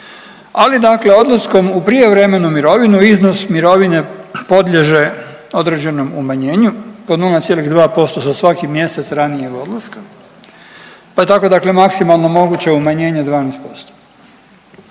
ali dakle odlaskom u prijevremenu mirovinu iznos mirovine podliježe određenom umanjenju od 0,2% za svaki mjesec ranijeg odlaska pa je tako dakle maksimalno moguće umanjenje 12%.